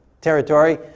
territory